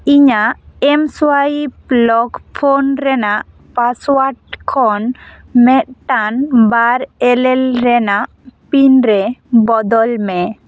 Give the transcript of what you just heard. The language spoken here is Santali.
ᱤᱧᱟ ᱜ ᱮᱢᱥᱳᱣᱟᱭᱤᱯ ᱞᱚᱠ ᱯᱷᱳᱱ ᱨᱮᱱᱟᱜ ᱯᱟᱥᱳᱣᱟᱴ ᱠᱷᱚᱱ ᱢᱤᱫᱴᱟᱝ ᱵᱟᱨ ᱮᱞᱮᱞ ᱨᱮᱱᱟᱜ ᱯᱤᱱ ᱨᱮ ᱵᱚᱫᱚᱞ ᱢᱮ